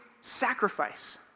sacrifice